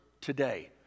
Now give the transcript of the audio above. today